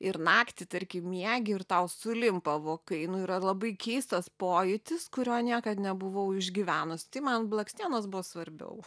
ir naktį tarkim miegi ir tau sulimpa vokai nu yra labai keistas pojūtis kurio niekad nebuvau išgyvenus tai man blakstienos buvo svarbiau